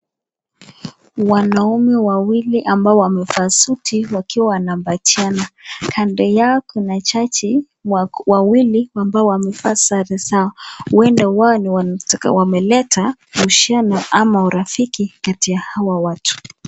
Wanaume wawili ambao wamevaa suti wakiwa wanampatiana kando yao kuna jaji wawili ambao wamevaa sare zao uenda wao wameleta husiano ama urafiki kati ya hawa watu.